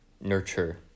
nurture